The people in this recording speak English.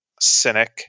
cynic